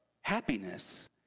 happiness